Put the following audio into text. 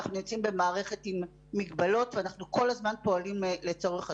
אנחנו נמצאים במערכת עם מגבלות ואנחנו כל הזמן פועלים לצורך השיפור.